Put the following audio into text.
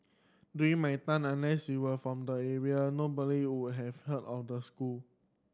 during my time unless you were from the area nobody would have heard of the school